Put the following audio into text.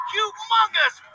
Humongous